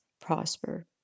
prosper